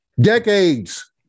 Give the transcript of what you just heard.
decades